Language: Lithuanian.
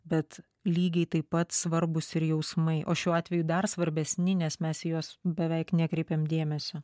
bet lygiai taip pat svarbūs ir jausmai o šiuo atveju dar svarbesni nes mes į juos beveik nekreipiam dėmesio